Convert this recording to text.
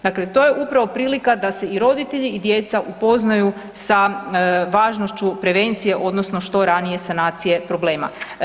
Dakle, to je upravo prilika da se i roditelji i djeca upoznaju sa važnošću prevencije odnosno što ranije sanacije problema.